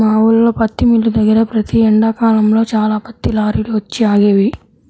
మా ఊల్లో పత్తి మిల్లు దగ్గర ప్రతి ఎండాకాలంలో చాలా పత్తి లారీలు వచ్చి ఆగేవి